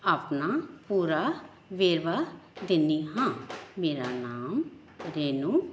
ਆਪਣਾ ਪੂਰਾ ਵੇਰਵਾ ਦਿੰਦੀ ਹਾਂ ਮੇਰਾ ਨਾਮ ਰੇਨੂੰ